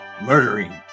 murdering